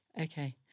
Okay